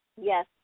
yes